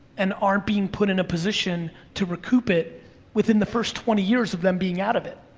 and aren't being put in a position to recoup it within the first twenty years of them being out of it.